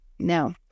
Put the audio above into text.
No